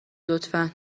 لطفا